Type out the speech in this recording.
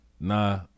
Nah